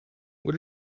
what